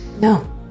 No